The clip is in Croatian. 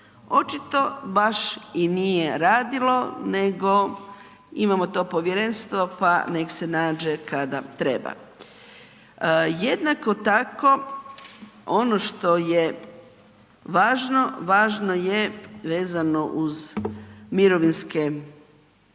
očito baš i nije radilo nego imamo to povjerenstvo pa nek se nađe kada treba. Jednako tako, ono što je važno, važno je vezano uz mirovinske, dakle